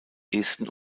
esten